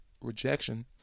rejection